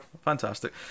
Fantastic